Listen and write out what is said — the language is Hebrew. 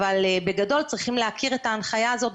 אבל בגדול צריכים להכיר את ההנחיה הזאת,